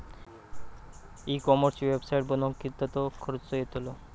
E कॉमर्सची website बनवक किततो खर्च येतलो?